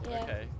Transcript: Okay